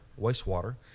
wastewater